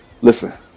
listen